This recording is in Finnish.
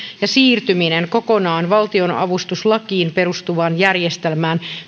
ja siirtyminen kokonaan valtionavustuslakiin perustuvaan järjestelmään